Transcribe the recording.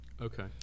okay